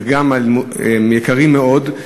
יקרים מאוד,